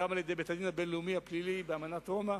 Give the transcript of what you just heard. גם על-ידי בית-הדין הפלילי הבין-לאומי באמנת רומא,